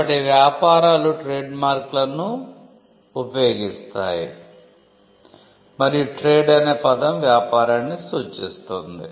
కాబట్టి వ్యాపారాలు ట్రేడ్మార్కులను ఉపయోగిస్తాయి మరియు ట్రేడ్ అనే పదం వ్యాపారాన్ని సూచిస్తుంది